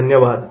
धन्यवाद